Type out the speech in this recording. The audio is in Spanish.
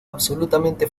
absolutamente